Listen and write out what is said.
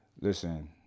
listen